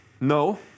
No